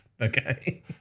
okay